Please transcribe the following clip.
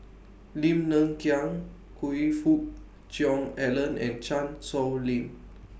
Lim Hng Kiang Choe Fook Cheong Alan and Chan Sow Lin